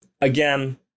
Again